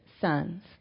sons